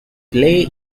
play